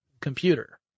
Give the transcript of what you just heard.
computer